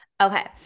Okay